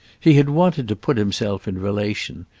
he had wanted to put himself in relation,